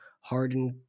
hardened